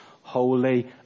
holy